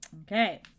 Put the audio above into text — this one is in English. Okay